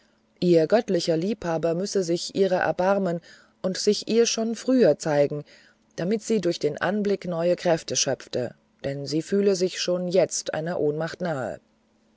ihr göttlicher liebhaber müsse sich ihrer erbarmen und sich ihr schon früher zeigen damit sie durch den anblick neue kräfte schöpfe denn sie fühle sich schon jetzt einer ohnmacht nahe